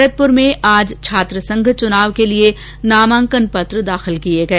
भरतपुर में आज छात्र संघ चुनाव के लिए नामांकन पत्र दाखिल किए गए